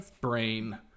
brain